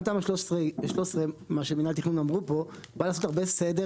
גם תמ"א 13/13 מה שמינהל התכנון אמרו פה בא לעשות הרבה סדר,